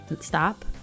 stop